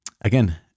Again